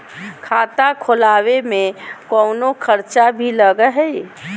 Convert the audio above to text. खाता खोलावे में कौनो खर्चा भी लगो है?